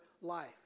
life